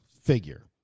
figure